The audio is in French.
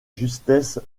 justesse